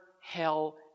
hell